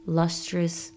lustrous